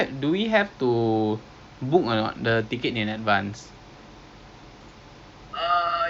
bukan I think is bungee jump I don't know it's just says giant swing plus skyride plus ice cream fifty five token